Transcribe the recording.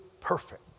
perfect